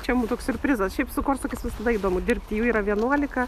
čia mum toks siurprizas šiaip su korsakais visada įdomu dirbti jų yra vienuolika